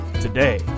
today